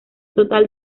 total